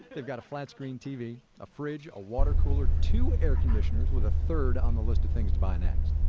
they've got a flat-screen tv, a fridge, a water cooler, two air conditioners with a third on the list of things to buy next.